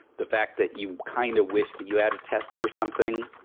the fact that you kind of wish that you had a test for something,